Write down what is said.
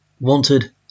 wanted